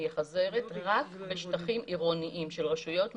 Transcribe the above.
רק בשטחים עירוניים של רשויות מקומיות.